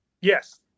Yes